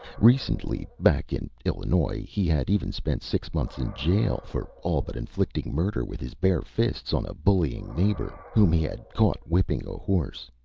recently, back in illinois, he had even spent six months in jail for all but inflicting murder with his bare fists on a bullying neighbor whom he had caught whipping a horse.